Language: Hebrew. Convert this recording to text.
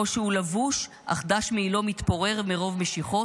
או שהוא לבוש, אך דש מעילו מתפורר מרוב משיכות.